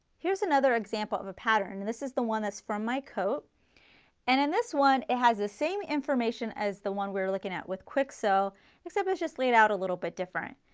here is another example of a pattern and this is the one that's for my coat and in this one it has the same information as the one we are looking at with kwik sew it's simply just laid out a little bit different.